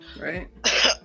Right